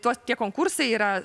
tuos tie konkursai yra